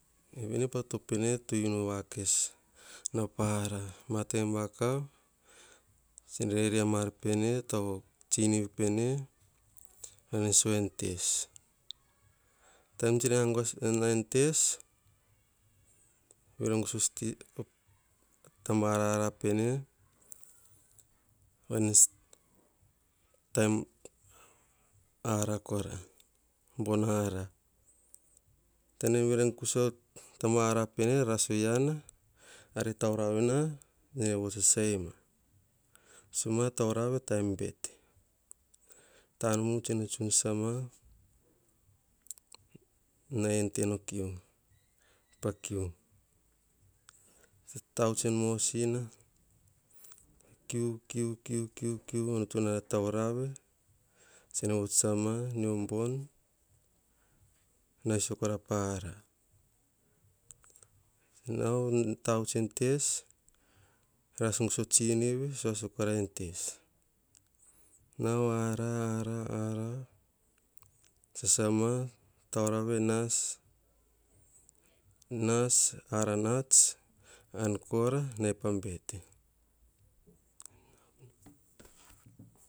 Vene patoto pene, ane to vkes unu a ra ma taim vakav tse ne reri ama ar pene. Tau o tsinini pene varene sua en tes. Taim tsene nau o en tes. Yira gu taim ara kora bon ara. Taim nenee yiri gusa ar ara pene. Raso iana, ar tauravi kene vots sasaima vots ma tam bete. Tanunun tsene tsun sasama, nai ene tenekiu pa kiu. Tavuts en mosina, kukiu kukiu kiukiu onotana taurave. Tsene vuts sasama, nai sakor pa ara. Nao tavuts en tes, ras gusa o tsinivvi sua sakorai en tes. Nao ara-ara-ara sasama tauravi nas, aran ats, an kora nave pa bete.